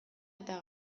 eta